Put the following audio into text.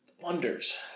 Wonders